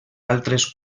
altres